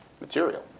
material